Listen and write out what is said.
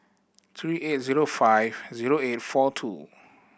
three eight zero five zero eight four two